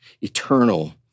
eternal